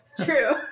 True